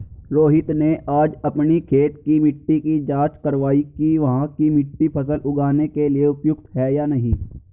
रोहित ने आज अपनी खेत की मिट्टी की जाँच कारवाई कि वहाँ की मिट्टी फसल उगाने के लिए उपयुक्त है या नहीं